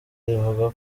rivuga